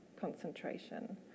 concentration